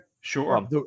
Sure